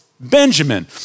Benjamin